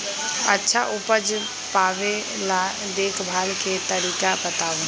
अच्छा उपज पावेला देखभाल के तरीका बताऊ?